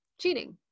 cheating